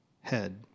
head